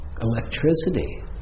electricity